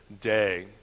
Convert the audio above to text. day